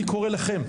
אני קורא לכם,